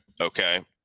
Okay